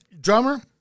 Drummer